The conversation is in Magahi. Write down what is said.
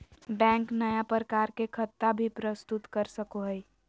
बैंक नया प्रकार के खता भी प्रस्तुत कर सको हइ